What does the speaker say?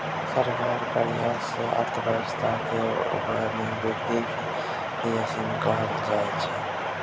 सरकारक प्रयास सँ अर्थव्यवस्था केर उपजा मे बृद्धि केँ रिफ्लेशन कहल जाइ छै